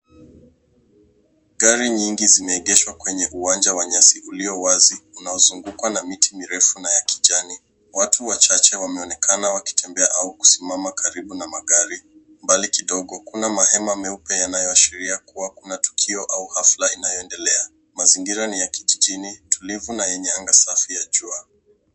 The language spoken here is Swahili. Gari nyingi zimeegeshwa kwenye uwanja wa nyasi ulio wazi unaozungukwa na miti mirefu na ya kijani. Watu wachache wameonekana wakitembea au kusimama karibu na magari. Mbali kidogo kuna mahema meupe yanayoashiria kuwa kuna tukio au hafla inayoendelea. Mazingira ni ya kijijini, tulivu na yenye anga safi ya jua.